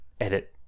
edit